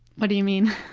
what do you mean?